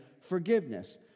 forgiveness